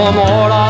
more